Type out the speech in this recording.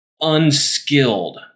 unskilled